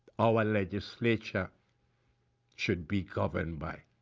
our legislature should be governed by.